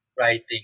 writing